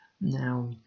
Now